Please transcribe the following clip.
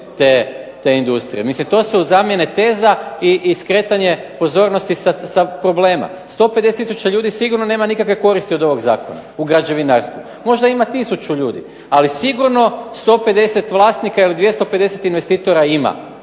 te industrije. Mislim to su zamjene teza i skretanje pozornosti sa problema. 150 tisuća ljudi sigurno nema nikakve koristi od ovog zakona u građevinarstvu. Možda ima 1000 ljudi, ali sigurno 150 vlasnika ili 250 investitora ima